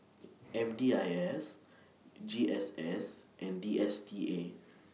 M D I S G S S and D S T A